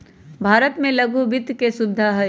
भारत में लघु वित्त के सुविधा हई